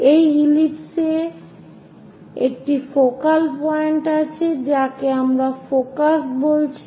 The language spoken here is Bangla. এই ইলিপস এ একটি ফোকাল পয়েন্ট আছে যাকে আমরা ফোকাস বলছি